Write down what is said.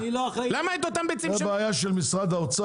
זו הבעיה של משרד האוצר.